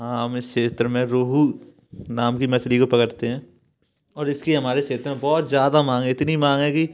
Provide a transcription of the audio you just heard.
हाँ हम इस क्षेत्र में रूहू नाम की मछली को पकड़ते हैं और इसकी हमारे क्षेत्र में बहुत ज्यादा मांग है इतनी मांग है कि